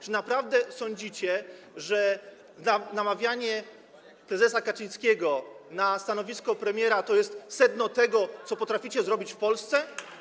Czy naprawdę sądzicie, że namawianie prezesa Kaczyńskiego na stanowisko premiera to jest sedno tego, co potraficie zrobić w Polsce?